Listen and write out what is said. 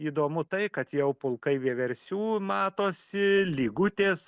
įdomu tai kad jau pulkai vieversių matosi lygutės